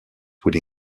would